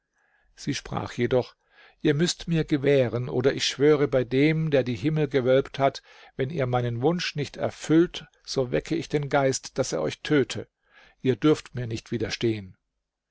sie sprach jedoch ihr müßt mir gewähren oder ich schwöre bei dem der die himmel gewölbt hat wenn ihr meinen wunsch nicht erfüllt so wecke ich den geist daß er euch töte ihr dürft mir nicht widerstehen